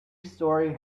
story